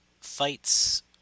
fights